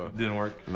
didn't work?